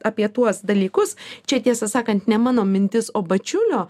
apie tuos dalykus čia tiesą sakant ne mano mintis o bačiulio